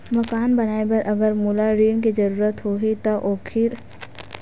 मकान बनाये बर अगर मोला ऋण के जरूरत होही त ओखर बर मोला का करे ल पड़हि?